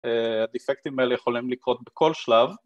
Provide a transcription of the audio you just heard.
הדפקטים האלה יכולים לקרות בכל שלב